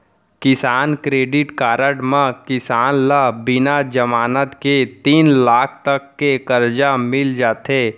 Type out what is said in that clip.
किसान credit card म किसान ल बिना जमानत के तीन लाख तक के करजा मिल जाथे